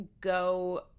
go